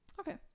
Okay